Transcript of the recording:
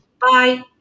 Bye